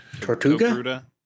Tortuga